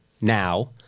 now